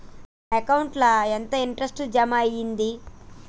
నా అకౌంట్ ల ఎంత ఇంట్రెస్ట్ జమ అయ్యింది?